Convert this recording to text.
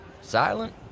silent